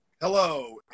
Hello